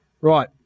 right